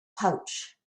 pouch